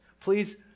Please